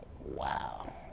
wow